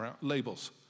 labels